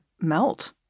melt